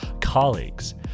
colleagues